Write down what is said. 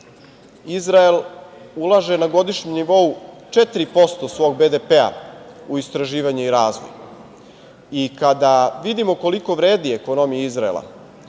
Izrael ulaže na godišnjem nivou 4% svog BDP-a u istraživanje i razvoj i kada vidimo koliko vredi ekonomija Izraela